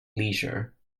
leisure